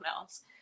else